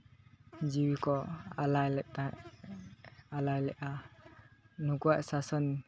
ᱡᱤᱣᱤ ᱠᱚ ᱟᱞᱟᱭ ᱞᱮᱫ ᱛᱟᱦᱮᱸᱫ ᱟᱞᱟᱭ ᱞᱮᱫᱼᱟ ᱱᱩᱠᱩᱣᱟᱜ ᱥᱟᱥᱚᱱ